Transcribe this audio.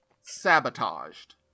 sabotaged